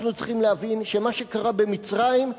אנחנו צריכים להבין שמה שקרה במצרים,